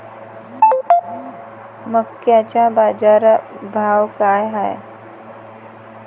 मक्याचा बाजारभाव काय हाय?